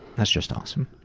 that's just awesome.